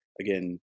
again